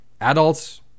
Adults